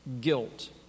Guilt